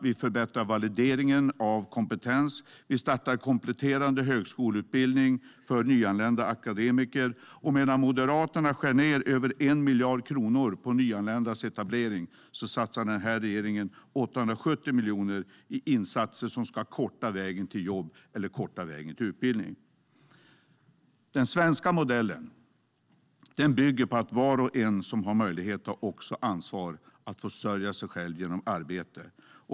Vi förbättrar valideringen av kompetens. Vi startar kompletterande högskoleutbildning för nyanlända akademiker. Medan Moderaterna skär ned över 1 miljard kronor på nyanländas etablering satsar den här regeringen 870 miljoner på insatser som ska korta vägen till jobb eller till utbildning. Den svenska modellen bygger på att var och en som har möjlighet också ska ta ansvar för att försörja sig själv genom arbete.